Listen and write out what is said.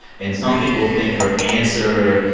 and some people think her answer